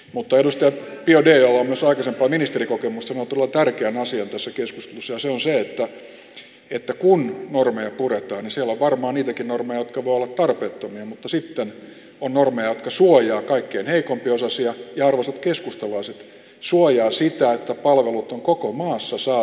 mutta edustaja biaudet jolla on myös aikaisempaa ministerikokemusta sanoi todella tärkeän asian tässä keskustelussa ja se on se että kun normeja puretaan niin siellä on varmaan niitäkin normeja jotka voivat olla tarpeettomia mutta sitten on normeja jotka suojaavat kaikkein heikko osaisimpia ja arvoisat keskustalaiset suojaavat sitä että palvelut ovat koko maassa saatavilla kaikille